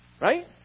Right